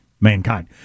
mankind